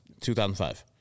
2005